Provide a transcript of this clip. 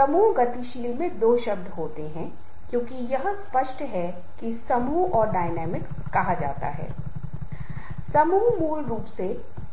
इसलिए नेतृत्व एक औपचारिक स्थिति है जहाँ एक विशिष्ट व्यक्ति के पास समूहों में